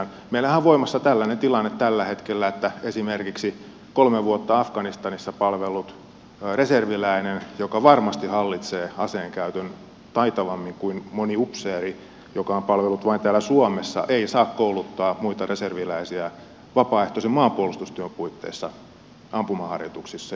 meillähän on voimassa tällainen tilanne tällä hetkellä että esimerkiksi kolme vuotta afganistanissa palvellut reserviläinen joka varmasti hallitsee aseenkäytön taitavammin kuin moni upseeri joka on palvellut vain täällä suomessa ei saa kouluttaa muita reserviläisiä vapaaehtoisen maanpuolustustyön puitteissa ampumaharjoituksissa